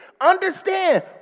Understand